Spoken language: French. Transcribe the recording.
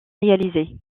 réalisée